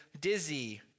dizzy